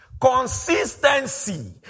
Consistency